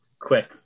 quick